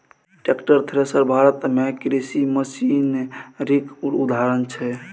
tractor, thresher Bharat मे कृषि मशीनरीक उदाहरण छै